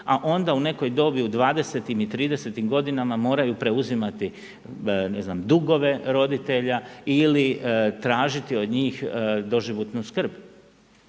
a onda u nekoj dobi u 20-tim i 30-tim godinama moraju preuzimati ne znam dugove roditelja ili tražiti od njih doživotnu skrb.